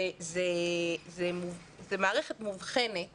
זו מערכת מובחנת